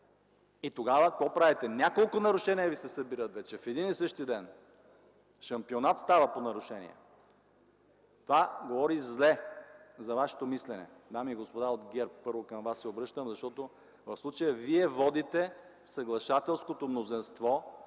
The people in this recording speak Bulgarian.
И тогава какво правите? Няколко нарушения ви се събират вече в един и същи ден. Става шампионат по нарушения. Това говори зле за вашето мислене, дами и господа от ГЕРБ! Първо към вас се обръщам, защото в случая вие водите съглашателското мнозинство